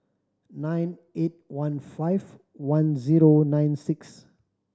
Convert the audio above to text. nine eight one five one zero nine six